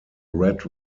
red